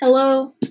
Hello